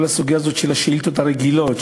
כל הסוגיה הזאת של השאילתות הרגילות,